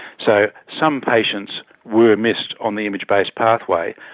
so some patients were missed on the image-based pathway.